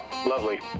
Lovely